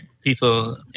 people